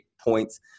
points